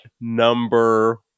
number